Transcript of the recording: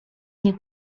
nie